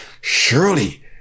Surely